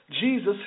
Jesus